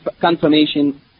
confirmation